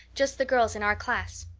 just the girls in our class.